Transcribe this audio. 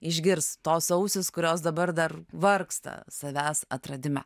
išgirs tos ausys kurios dabar dar vargsta savęs atradime